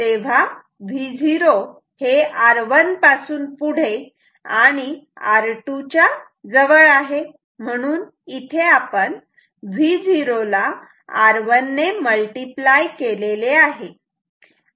तेव्हा Vo हे R1 पासून पुढे आणि R2 च्या जवळ आहे म्हणून इथे आपण Vo ला R1 ने मल्टिप्लाय केलेले आहे